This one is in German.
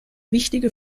wichtige